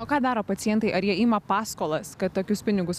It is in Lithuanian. o ką daro pacientai ar jie ima paskolas kad tokius pinigus